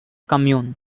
commune